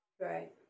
Right